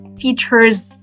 features